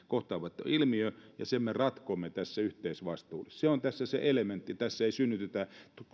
kohtaava ilmiö ja sen me ratkomme tässä yhteisvastuulla se on tässä se elementti tässä ei synnytetä